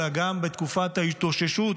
אלא גם בתקופת ההתאוששות